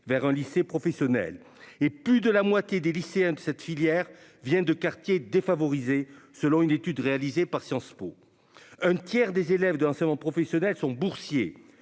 vers un lycée professionnel et plus de la moitié des lycéens de cette filière viennent de quartiers défavorisés, selon une étude réalisée par Sciences Po. Un tiers des élèves de l'enseignement professionnel sont boursiers,